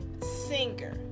singer